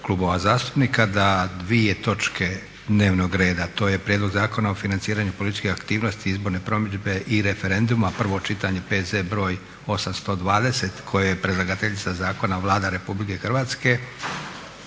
klubova zastupnika da dvije točke dnevnog reda. To je - Prijedlog zakona o financiranju političkih aktivnosti, izborne promidžbe i referenduma, prvo čitanje, P.Z. br. 820. koje je predlagateljica zakona Vlada Republike Hrvatske